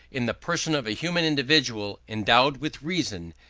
in the person of a human individual endowed with reason,